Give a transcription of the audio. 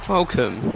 Welcome